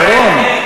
שרון.